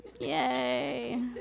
Yay